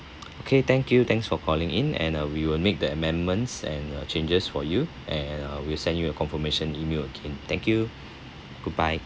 okay thank you thanks for calling in and uh we will make the amendments and uh changes for you and I will send you a confirmation email again thank you goodbye